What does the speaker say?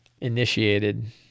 initiated